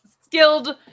skilled